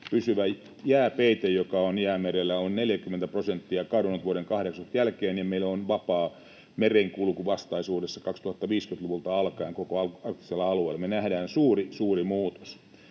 pysyvä jääpeite, joka on Jäämerellä ja josta on kadonnut 40 prosenttia vuoden 80 jälkeen. Meille on vapaa merenkulku vastaisuudessa, 2050-luvulta alkaen, koko arktisella alueella. Me nähdään suuri, suuri